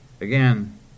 Again